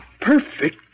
Perfect